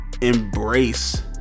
embrace